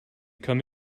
come